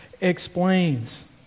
explains